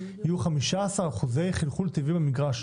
יהיו 15% אחוזי חלחול טבעי במגרש.